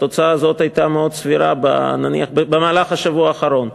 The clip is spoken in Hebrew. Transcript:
התוצאה הזאת הייתה מאוד סבירה במהלך השבוע האחרון,